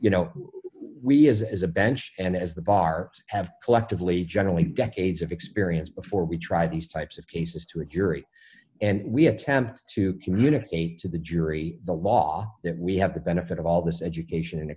you know we as as a bench and as the bar have collectively generally decades of experience before we try these types of cases to a jury and we attempt to communicate to the jury the law that we have the benefit of all this education